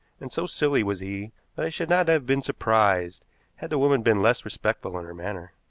and so silly was he that i should not have been surprised had the woman been less respectful in her manner.